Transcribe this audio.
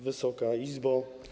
Wysoka Izbo!